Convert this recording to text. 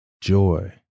joy